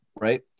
right